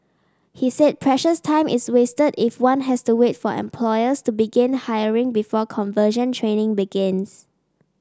he said precious time is wasted if one has to wait for employers to begin hiring before conversion training begins